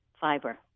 fiber